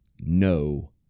no